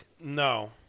No